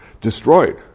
destroyed